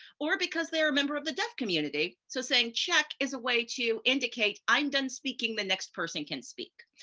or because they are a member of the deaf community. so saying check is a way to indicate i'm done speaking, the next person can speak.